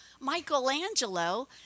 Michelangelo